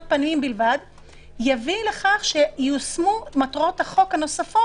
פנים בלבד יביא לכך שייושמו מטרות החוק הנוספות.